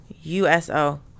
U-S-O